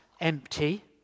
empty